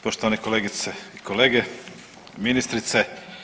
Poštovane kolegice i kolege, ministrice.